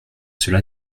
cela